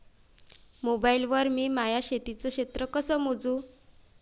Mobile वर मी माया शेतीचं क्षेत्र कस मोजू?